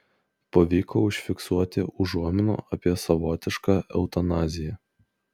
pavyko užfiksuoti užuominų apie savotišką eutanaziją